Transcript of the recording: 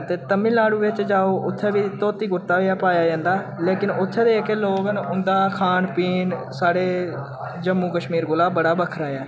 ते तमिलनाडु बिच्च जाओ उत्थै बी धोती कुर्ता गै पाया जंदा लेकिन उत्थै दे जेह्के लोग न उं'दा खान पीन स्हाड़े जम्मू कश्मीर कोला बड़ा बक्खरा ऐ